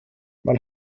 man